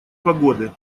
погоды